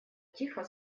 тихо